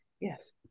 Yes